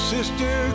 Sister